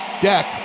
deck